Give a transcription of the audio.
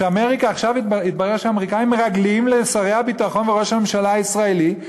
שעכשיו התברר שהאמריקנים מרגלים אחרי שרי הביטחון וראש הממשלה הישראלי,